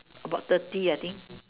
about thirty I think